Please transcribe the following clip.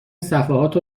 صفحات